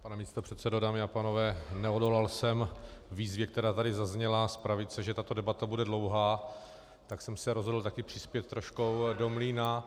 Pane místopředsedo, dámy a pánové, neodolal jsem výzvě, která tady zazněla z pravice, že tato debata bude dlouhá, tak jsem se rozhodl taky přispět troškou do mlýna.